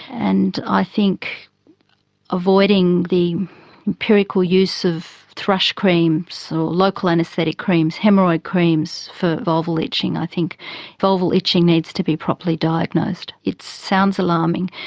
and i think avoiding the empirical use of thrush creams or so local anaesthetic creams, haemorrhoid creams for vulval itching. i think vulval itching needs to be properly diagnosed. it sounds alarming,